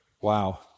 Wow